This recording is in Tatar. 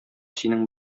синең